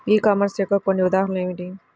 ఈ కామర్స్ యొక్క కొన్ని ఉదాహరణలు ఏమిటి?